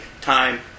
time